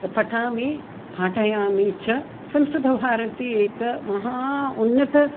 पठामि पाठयामि च संस्कृतभारती एकं महोन्नतम्